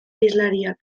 hizlariak